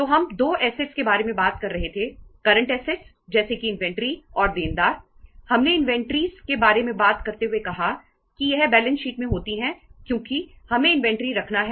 तो हम 2 ऐसेट में जा रहा है